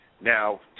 Now